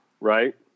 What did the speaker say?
right